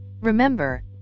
Remember